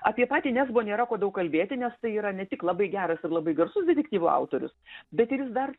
apie patį nesbo nėra ko daug kalbėti nes tai yra ne tik labai geras ir labai garsus detektyvų autorius bet ir jis dar